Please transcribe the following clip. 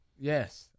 Yes